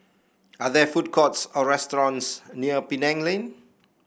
are there food courts or restaurants near Penang Lane